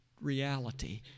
reality